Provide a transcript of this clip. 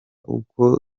uko